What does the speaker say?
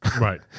Right